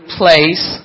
place